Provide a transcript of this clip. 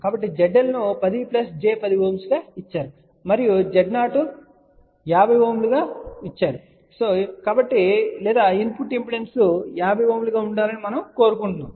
కాబట్టి ZL ను 10 j 10Ω గా ఇచ్చారు మరియు మనం Z0 50Ω ను కలిగి ఉండాలనుకుంటున్నాము లేదా ఇన్పుట్ ఇంపిడెన్స్ 50 Ω గా ఉండాలని మనం కోరుకుంటున్నాము